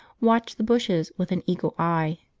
watch the bushes with an eagle eye.